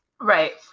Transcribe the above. Right